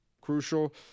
crucial